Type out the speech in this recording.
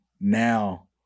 now